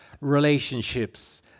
relationships